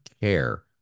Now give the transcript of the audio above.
care